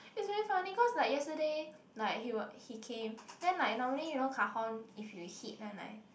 it's very funny cause like yesterday like he was he came then like normally you know cajon if you hit one time